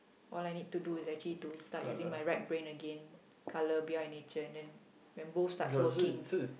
all I need to do is actually to start using my right brain again colour behind nature and then rainbow starts working